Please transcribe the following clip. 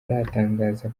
aratangaza